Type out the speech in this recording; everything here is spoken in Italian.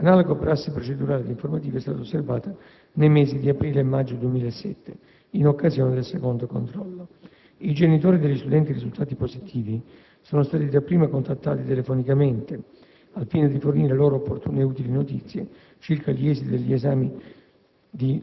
Analoga prassi procedurale ed informativa è stata osservata nei mesi di aprile e maggio 2007, in occasione del secondo controllo. I genitori degli studenti risultati positivi sono stati dapprima contattati telefonicamente, al fine di fornire loro opportune ed utili notizie circa gli esiti degli esami